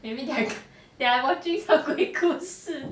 you mean like they are watching some 鬼故事